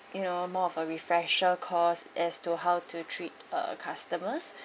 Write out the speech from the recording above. you know more of a refresher course as to how to treat uh customers